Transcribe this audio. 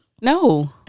no